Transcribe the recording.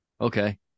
Okay